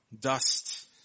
dust